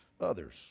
others